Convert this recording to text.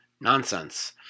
nonsense